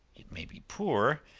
it may be poor,